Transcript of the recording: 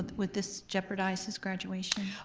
would this jeopardize his graduation?